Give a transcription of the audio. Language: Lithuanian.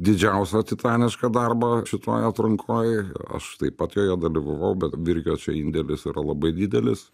didžiausią titanišką darbą šitoj atrankoj aš taip pat joje dalyvavau bet virgio čia indėlis yra labai didelis